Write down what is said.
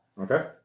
Okay